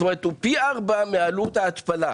זאת אומרת הוא פי 4 מעלות ההתפלה.